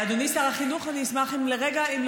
אדוני שר החינוך, אני אשמח אם לרגע,